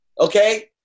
Okay